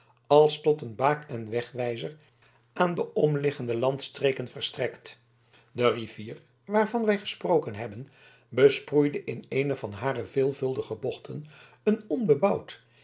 als tot een baak en wegwijzer aan de omliggende landstreken verstrekt de rivier waarvan wij gesproken hebben besproeide in eene van hare veelvuldige bochten een onbebouwd